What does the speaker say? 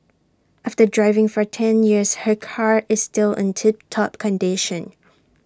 after driving for ten years her car is still on tip top condition